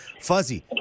Fuzzy